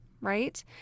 right